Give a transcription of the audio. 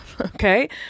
Okay